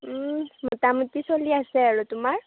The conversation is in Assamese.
মোটামোটি চলি আছে আৰু তোমাৰ